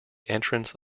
entrance